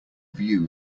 view